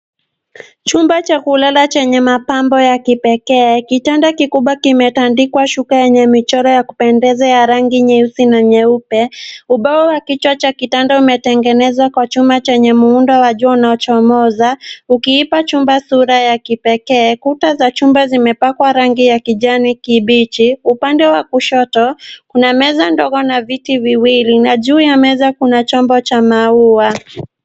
Chumba cha kulala chenye mapambo ya kipekee. Kitanda kikubwa kimetandikwa shuka yenye michoro ya kupendeza ya rangi nyeusi na nyeupe. Ubao wa kichwa cha kitanda umetengenezwa kwa chuma chenye muundo wa juu unaochomoza ukiipa chumba sura ya kipekee. Kuta za chumba zimepakwa rangi ya kijani kibichi. Upande wa kushoto kuna meza ndogo na viti viwili na juu ya meza kuna chombo cha maua.